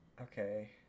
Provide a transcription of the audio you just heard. okay